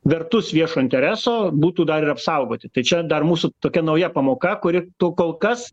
vertus viešo intereso būtų dar ir apsaugoti tai čia dar mūsų tokia nauja pamoka kuri kol kas